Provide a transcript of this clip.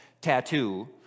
tattoo